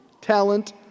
talent